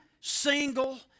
single